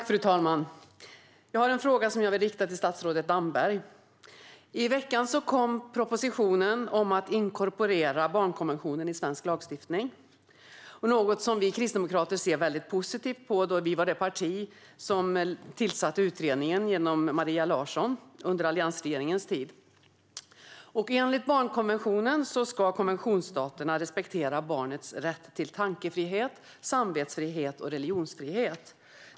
Fru talman! Jag vill rikta en fråga till statsrådet Damberg. I veckan kom propositionen om att inkorporera barnkonventionen i svensk lagstiftning. Det ser vi kristdemokrater positivt på. Det var vårt parti som, genom Maria Larsson, tillsatte utredningen under alliansregeringens tid. Enligt barnkonventionen ska konventionsstaterna respektera barnets rätt till tankefrihet, samvetsfrihet och religionsfrihet.